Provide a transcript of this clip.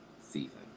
season